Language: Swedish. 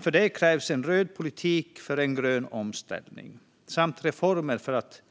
För det krävs en röd politik för en grön omställning samt reformer för att